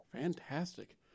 Fantastic